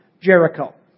Jericho